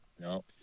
no